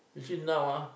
you see now ah